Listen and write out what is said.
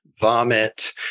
vomit